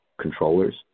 controllers